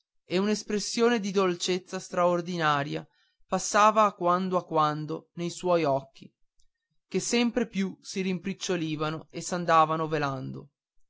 e un'espressione di dolcezza straordinaria passava a quando a quando nei suoi occhi che sempre più si rimpiccolivano e s'andavano velando